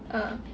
uh